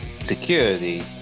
security